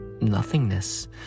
nothingness